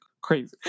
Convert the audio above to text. crazy